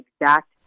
exact